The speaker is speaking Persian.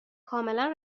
کاملا